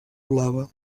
blava